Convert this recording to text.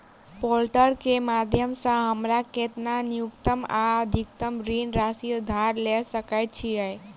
Portal केँ माध्यम सऽ हमरा केतना न्यूनतम आ अधिकतम ऋण राशि उधार ले सकै छीयै?